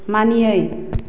मानियै